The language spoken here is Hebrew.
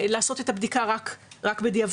לעשות את הבדיקה רק בדיעבד,